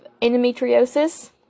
endometriosis